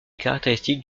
caractéristiques